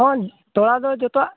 ᱦᱮᱸ ᱛᱚᱲᱟ ᱫᱚ ᱡᱚᱛᱚᱣᱟᱜ